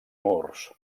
murs